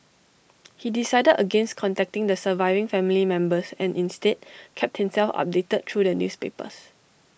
he decided against contacting the surviving family members and instead kept himself updated through the newspapers